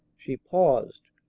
she paused,